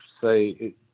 say